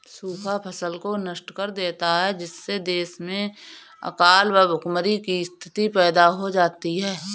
सूखा फसल को नष्ट कर देता है जिससे देश में अकाल व भूखमरी की स्थिति पैदा हो जाती है